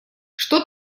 что